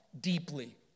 deeply